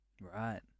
Right